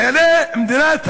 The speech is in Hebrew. חיילי מדינת היהודים.